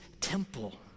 temple